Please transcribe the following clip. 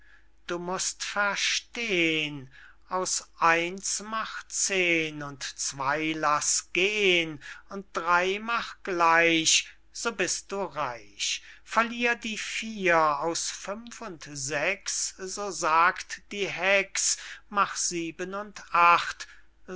du mußt verstehn aus eins mach zehn und zwey laß gehn und drey mach gleich so bist du reich verlier die vier aus fünf und sechs so sagt die hex mach sieben und acht